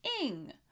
ing